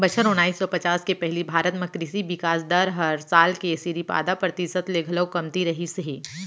बछर ओनाइस सौ पचास के पहिली भारत म कृसि बिकास दर हर साल के सिरिफ आधा परतिसत ले घलौ कमती रहिस हे